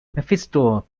mephisto